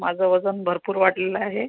माझं वजन भरपूर वाढलेलं आहे